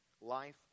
life